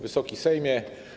Wysoki Sejmie!